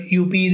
up